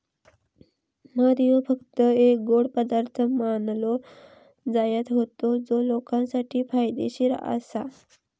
मध ह्यो फक्त एक गोड पदार्थ मानलो जायत होतो जो लोकांसाठी फायदेशीर आसा